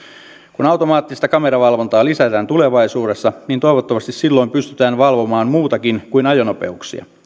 kun automaattista kameravalvontaa lisätään tulevaisuudessa niin toivottavasti silloin pystytään valvomaan muutakin kuin ajonopeuksia